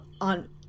on